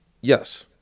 Yes